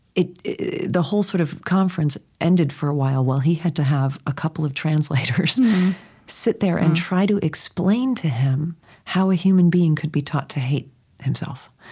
the whole sort of conference ended for a while, while he had to have a couple of translators sit there and try to explain to him how a human being could be taught to hate himself.